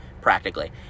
practically